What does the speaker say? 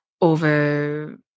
over